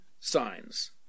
signs